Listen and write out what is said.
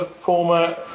former